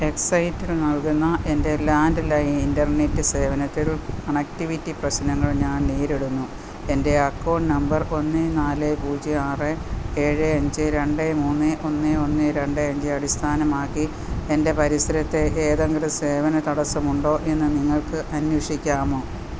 എക്സൈറ്റൽ നൽകുന്ന എൻ്റെ landline internet സേവനത്തിൽ കണക്റ്റിവിറ്റി പ്രശ്നങ്ങൾ ഞാൻ നേരിടുന്നു എൻ്റെ അക്കൗണ്ട് നമ്പർ ഒന്ന് നാല് പൂജ്യം ആറ് ഏഴ് അഞ്ച് രണ്ട് മൂന്ന് ഒന്ന് ഒന്ന് രണ്ട് അഞ്ച് അടിസ്ഥാനമാക്കി എൻ്റെ പരിസരത്ത് ഏതെങ്കിലും സേവന തടസമുണ്ടൊയെന്ന് നിങ്ങൾക്ക് അന്വേഷിക്കാമോ